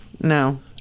No